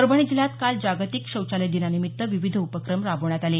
परभणी जिल्ह्यात काल जागतिक शौचालय दिनानिमित्त विविध उपक्रम राबवण्यात आले